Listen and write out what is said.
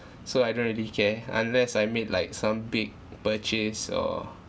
so I don't really care unless I made like some big purchase or